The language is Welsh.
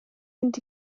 mynd